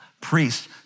priests